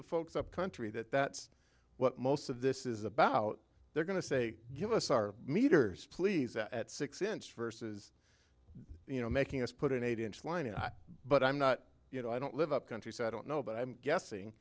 the folks up country that that's what most of this is about they're going to say give us our meters please at six inch versus you know making us put an eight inch line but i'm not you know i don't live up country so i don't know but i'm guessing